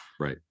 right